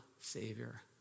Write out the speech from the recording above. savior